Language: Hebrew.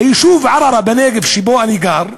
ביישוב ערערה-בנגב, שבו אני גר,